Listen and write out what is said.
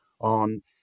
on